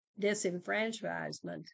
disenfranchisement